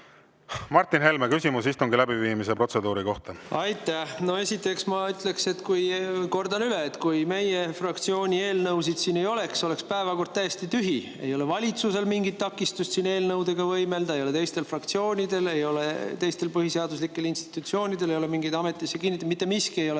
Martin Helme, küsimus istungi läbiviimise protseduuri kohta. Aitäh! Esiteks, ma kordan üle, et kui meie fraktsiooni eelnõusid siin ei oleks, siis oleks päevakord täiesti tühi. Ei ole valitsusel mingit takistust siin eelnõudega võimelda, ei ole teistel fraktsioonidel, ei ole teistel põhiseaduslikel institutsioonidel. Mitte miski ei ole